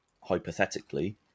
hypothetically